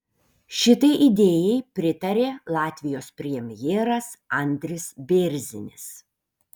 šitai idėjai pritarė latvijos premjeras andris bėrzinis